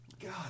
god